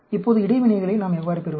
இப்போது இடைவினைகளை நாம் எவ்வாறு பெறுவது